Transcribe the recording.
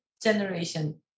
Generation